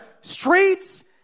streets